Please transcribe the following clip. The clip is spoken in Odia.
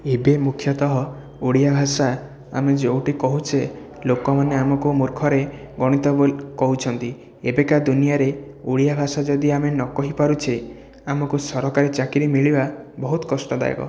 ଏବେ ମୁଖ୍ୟତଃ ଓଡ଼ିଆ ଭାଷା ଆମେ ଯେଉଁଠି କହୁଛେ ଲୋକମାନେ ଆମକୁ ମୂର୍ଖରେ ଗଣିତ ବୋଲି କହୁଛନ୍ତି ଏବେକା ଦୁନିଆରେ ଓଡ଼ିଆ ଭାଷା ଯଦି ଆମେ ନ କହି ପାରୁଛେ ଆମକୁ ସରକାରୀ ଚାକିରି ମିଳିବା ବହୁତ କଷ୍ଟଦାୟକ